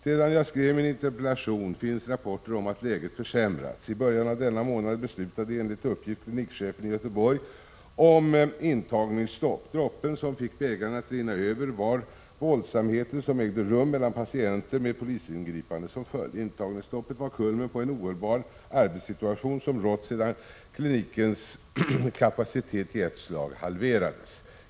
Sedan jag skrev min interpellation finns rapporter om att läget har försämrats. I början av denna månad beslutade enligt uppgift klinikchefen i Göteborg om intagningsstopp. Droppen som fick bägaren att rinna över var våldsamheter som ägde rum mellan patienter, med polisingripande som följd. Intagningsstoppet var kulmen på en ohållbar arbetssituation, som rått sedan klinikens kapacitet i ett slag halverades.